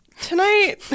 tonight